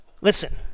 Listen